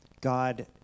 god